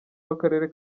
w’akarere